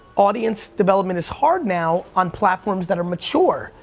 audience development is hard now on platforms that are mature,